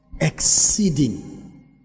Exceeding